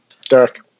Derek